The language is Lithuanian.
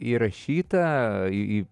įrašyta į